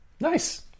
Nice